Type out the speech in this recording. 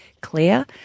clear